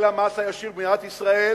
שנטל המס הישיר במדינת ישראל